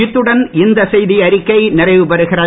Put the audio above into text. இத்துடன் இந்த செய்தியறிக்கை நிறைவுபெறுகிறது